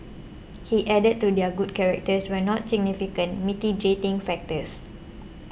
he added that their good characters were not significant mitigating factors